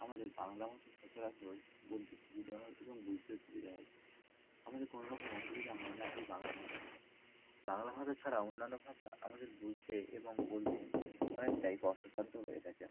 আমাদের বাংলা ভাষা সচরাচর বলতে সুবিধা হয় এবং বুঝতেও সুবিধা হয় আমাদের কোনো রকম অসুবিধা হয় না এই বাংলা ভাষাতে বাংলা ভাষা ছাড়া অন্যান্য ভাষা আমাদের বুঝতে এবং বলতে অনেকটাই কষ্টসাধ্য হয়ে থাকে